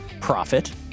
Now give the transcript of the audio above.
profit